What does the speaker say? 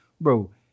Bro